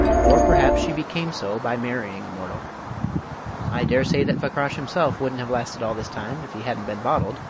or perhaps she became so by marrying a mortal i dare say that fakrash himself wouldn't have lasted all this time if he hadn't been bottled,